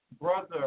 Brother